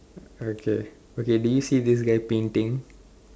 okay okay do you see this guy painting